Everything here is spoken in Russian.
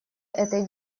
этой